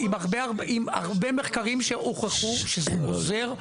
-- עם הרבה מחקרים שהוכיחו שזה עוזר,